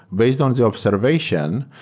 based on the observation,